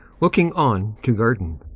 looking on to garden.